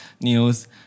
news